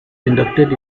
inducted